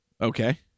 Okay